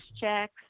checks